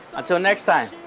until next time,